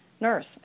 nurse